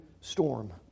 storm